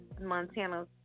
Montana